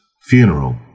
funeral